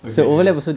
okay wait wait